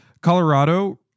Colorado